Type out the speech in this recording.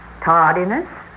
Tardiness